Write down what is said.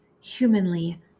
humanly